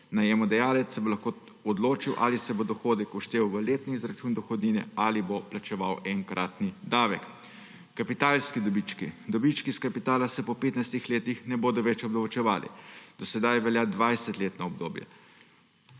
Najemodajalec se bo lahko odločil, ali se bo dohodek vštel v letni izračun dohodnine ali bo plačeval enkraten davek. Kapitalski dobički. Dobički iz kapitala se po 15 letih ne bodo več obdavčevali. Do sedaj je veljalo 20-letno obdobje.